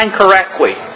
correctly